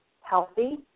healthy